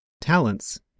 talents